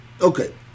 okay